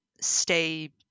stay